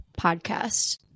podcast